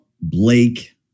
Blake